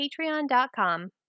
patreon.com